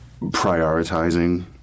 prioritizing